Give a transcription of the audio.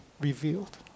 revealed